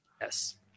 Yes